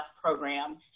program